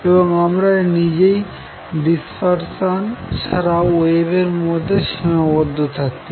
এবং আমরা নিজেই ডিসপারশান ছাড়া ওয়েভের মধ্যে সীমাবদ্ধ থাকছি